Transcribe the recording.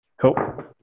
Cool